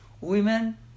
women